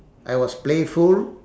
I was playful